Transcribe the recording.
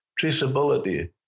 traceability